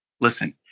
Listen